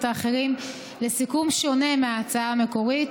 האחרים לסיכום שונה מההצעה המקורית,